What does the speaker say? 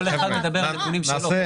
כל אחד מדבר על נתונים שלו.